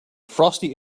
frosty